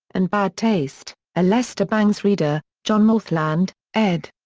and bad taste a lester bangs reader, john morthland, ed.